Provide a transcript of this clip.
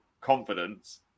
confidence